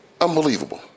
Unbelievable